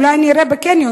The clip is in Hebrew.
אולי אני אראה בקניון,